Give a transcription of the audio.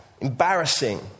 embarrassing